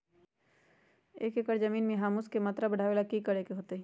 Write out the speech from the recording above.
एक एकड़ जमीन में ह्यूमस के मात्रा बढ़ावे ला की करे के होतई?